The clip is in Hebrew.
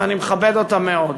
ואני מכבד אותם מאוד.